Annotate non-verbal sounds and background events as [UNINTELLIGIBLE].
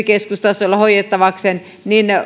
[UNINTELLIGIBLE] keskustasolla hoidettavakseen